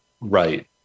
right